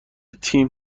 تیم